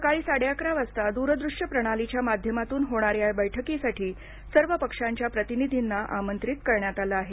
सकाळी साडे अकरा वाजता दूरदृश्य प्रणालीच्या माध्यमातून होणाऱ्या या बैठकीसाठी सर्व पक्षांच्या प्रतिनिधींना आमंत्रित करण्यात आलं आहे